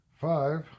Five